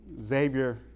Xavier